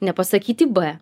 nepasakyti b